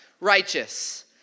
righteous